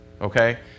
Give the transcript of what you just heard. Okay